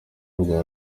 rwa